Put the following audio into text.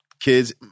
Kids